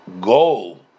goal